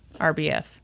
RBF